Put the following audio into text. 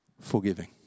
forgiving